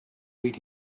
read